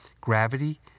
Gravity